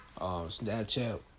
Snapchat